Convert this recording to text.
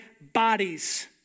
bodies